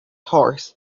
horses